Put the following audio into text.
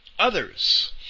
others